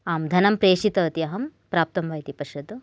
आम् धनं प्रेषितवति अहं प्राप्तं वा इति पश्यतु